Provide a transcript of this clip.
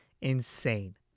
insane